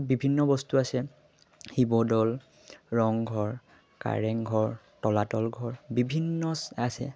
বিভিন্ন বস্তু আছে শিৱদৌল ৰংঘৰ কাৰেংঘৰ তলাতল ঘৰ বিভিন্ন আছে